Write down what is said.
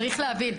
צריך להבין,